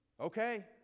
Okay